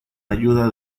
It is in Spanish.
ayuda